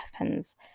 weapons